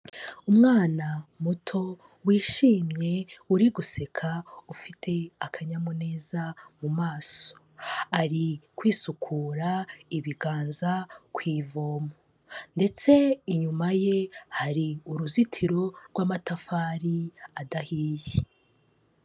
Umwana muto wishimye uri guseka ufite akanyamuneza mu maso, ari kwisukura ibiganza ku ivomo, ndetse inyuma ye hari uruzitiro rw'amatafari adahiye.